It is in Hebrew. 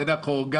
זה נשמע לי מוזר.